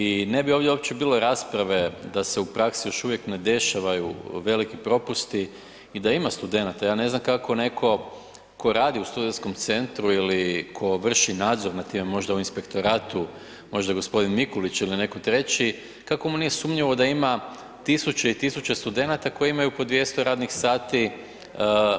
I ne bi ovdje uopće bilo rasprave da se u praksi još uvijek ne dešavaju veliki propusti i da ima studenata, ja ne znam kako neko ko radi u studentskom centru i tko vrši nadzor nad tim, možda u Inspektoratu, možda gospodin Mikulić ili neko treći, kako mu nije sumnjivo da ima tisuće i tisuće studenata koji imaju po 200 radnih sati